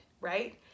right